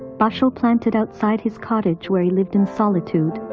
basho planted outside his cottage, where he lived in solitude,